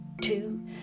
two